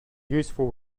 useful